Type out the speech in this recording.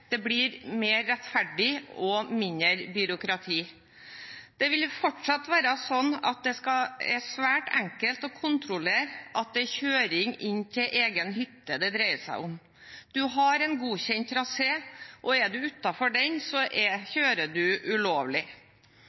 Det blir mer rettferdig og mindre byråkrati. Det vil fortsatt være svært enkelt å kontrollere at det er kjøring inn til egen hytte det dreier seg om. Man har en godkjent trasé, og er man utenfor den, kjører man ulovlig. Ved leiekjøring i dag kan det bli dobbelt så